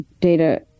data